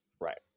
Right